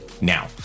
now